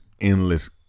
endless